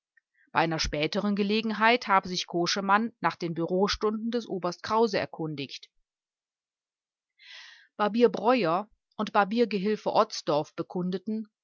einer späteren gelegenheit habe sich koschemann nach den bureaustunden des oberst krause erkundigt barbier breuer und barbiergehilfe otzdorf bekundeten